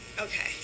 Okay